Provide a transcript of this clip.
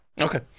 Okay